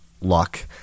luck